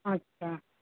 আচ্ছা